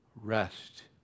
rest